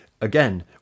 again